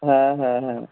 হ্যাঁ হ্যাঁ হ্যাঁ